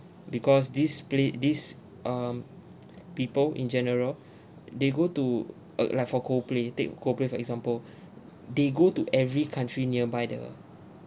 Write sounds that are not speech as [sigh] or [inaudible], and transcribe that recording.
because this play this um people in general [breath] they go to uh like for coldplay take coldplay for example [breath] they go to every country nearby the